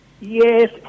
Yes